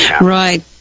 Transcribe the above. Right